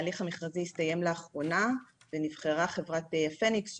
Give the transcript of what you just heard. ההליך המכרזי הסתיים לאחרונה ונבחרה בו חברת הפניקס,